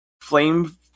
flame